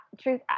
truth